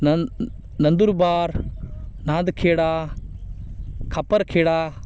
Nand Nandurbar Nandkheda Khaparkheda